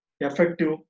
effective